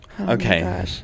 okay